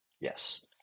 Yes